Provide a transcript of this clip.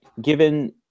given